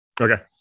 Okay